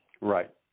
Right